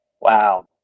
Wow